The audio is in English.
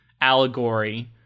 allegory